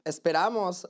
Esperamos